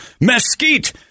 mesquite